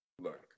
look